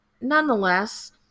nonetheless